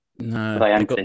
no